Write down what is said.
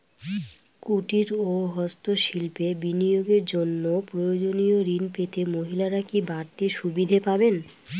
কুটীর ও হস্ত শিল্পে বিনিয়োগের জন্য প্রয়োজনীয় ঋণ পেতে মহিলারা কি বাড়তি সুবিধে পাবেন?